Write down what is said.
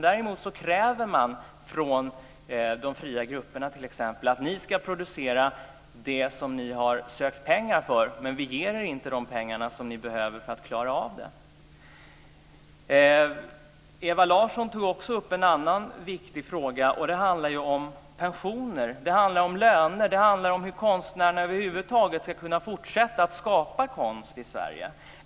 Däremot kräver man av de fria grupperna: Ni ska producera det som ni har sökt pengar för. Men vi ger er inte de pengar som ni behöver för att klara av det. Ewa Larsson tog också upp en annan viktig fråga. Det handlar om pensioner och löner och om hur konstnärer över huvud taget ska kunna fortsätta att skapa konst i Sverige.